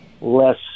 less